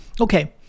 okay